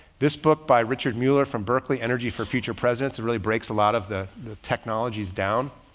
this book by richard mueller from berkeley energy for future presidents. it really breaks a lot of the the technologies down.